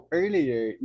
earlier